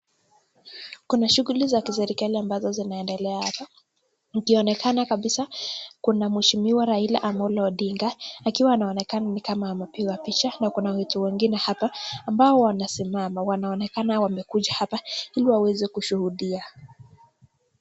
Kuna shughuli za kiserikali ambazo zinaendelea hapa. Akionekana kabisa kuna mheshimiwa Raila Amolo Odinga, akiwa anaonekana ni kama anapigwa picha na kuna watu wengine hapa ambao wanasimama, wanaonekana wamekuja hapa ili waweze kushuhudia.